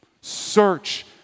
Search